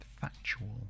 factual